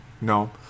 No